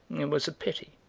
it was a pity,